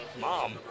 mom